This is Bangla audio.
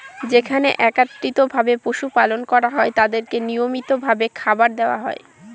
যেখানে একত্রিত ভাবে পশু পালন করা হয় তাদেরকে নিয়মিত ভাবে খাবার দেওয়া হয়